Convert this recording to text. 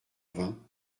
vingts